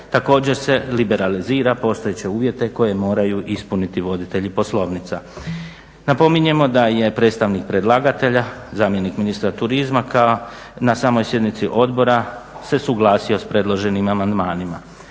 Također se liberalizira postojeće uvjete koje moraju ispuniti voditelji poslovnica. Napominjemo da je predstavnik predlagatelja zamjenik ministra turizma na samoj sjednici odbora se suglasio s predloženim amandmanima.